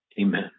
Amen